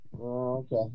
Okay